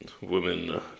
Women